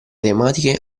tematiche